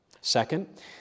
Second